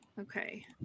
Okay